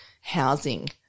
housing